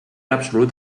absolut